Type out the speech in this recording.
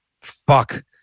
Fuck